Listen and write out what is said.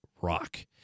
rock